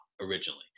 originally